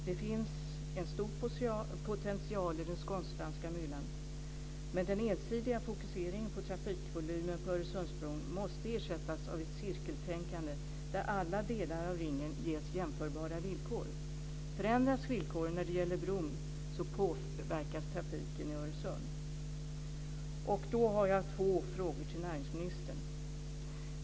Det finns en stor potential i den skånsk-danska myllan men den ensidiga fokuseringen på trafikvolymen på Öresundsbron måste ersättas av ett cirkeltänkande där alla delar av ringen ges jämförbara villkor. Förändras villkoren när det gäller bron påverkas trafiken i Öresund. Slutligen har jag två frågor till näringsministern.